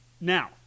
Now